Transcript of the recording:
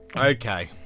Okay